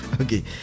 okay